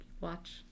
watch